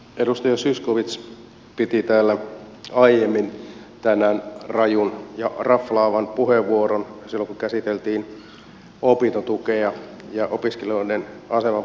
edustaja zyskowicz piti täällä aiemmin tänään rajun ja raflaavan puheenvuoron silloin kun käsiteltiin opintotukea ja opiskelijoiden aseman parantamista